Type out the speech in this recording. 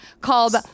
called